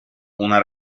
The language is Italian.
una